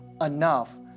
enough